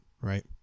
Right